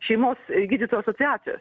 šeimos gydytojų asociacijos